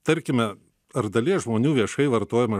tarkime ar dalies žmonių viešai vartojama